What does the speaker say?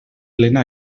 plena